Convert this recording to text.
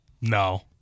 No